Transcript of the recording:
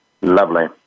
Lovely